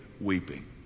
weeping